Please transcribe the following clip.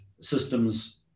systems